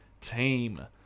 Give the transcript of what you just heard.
team